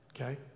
Okay